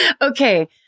okay